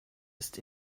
ist